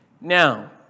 Now